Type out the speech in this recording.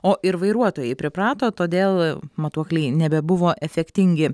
o ir vairuotojai priprato todėl matuokliai nebebuvo efektingi